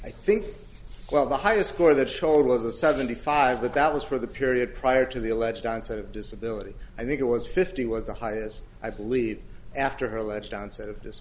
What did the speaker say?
i think the highest score that showed was a seventy five but that was for the period prior to the alleged onset of disability i think it was fifty was the highest i believe after her alleged onset of this